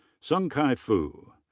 sung-kai fu.